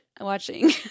watching